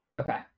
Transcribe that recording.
Okay